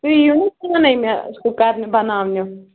تُہۍ یِیِو پانَے مےٚ ہُہ کَرنہِ بَناونہِ